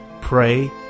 pray